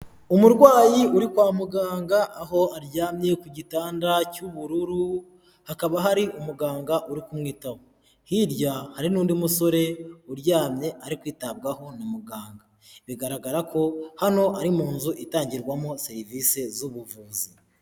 Umurwayi uri kwa muganga, aho aryamye ku gitanda cy'ubururu, hakaba hari umuganga uri kumwitaho, hirya hari n'undi musore uryamye ari kwitabwaho na muganga, bigaragara ko hano ari mu nzu itangirwamo serivisi z'ubuvuzi.